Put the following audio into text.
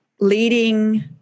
leading